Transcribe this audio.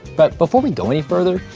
but before we go any further,